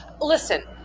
listen